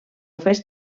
fes